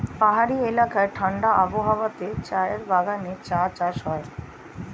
পাহাড়ি এলাকায় ঠাণ্ডা আবহাওয়াতে চায়ের বাগানে চা চাষ হয়